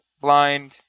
blind